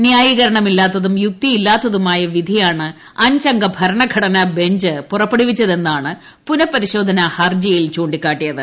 ന്യായീകരണമില്ലാത്തതും യുക്തിയില്ലാത്തത്തിന്റെ വിധിയാണ് ഭരണഘടന ബെഞ്ച് പുറപ്പെടുവിച്ചതെന്നാണ് പുനപരിശോധന ഹർജിയിൽ ചൂ ിക്കാട്ടിയത്